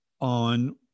on